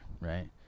right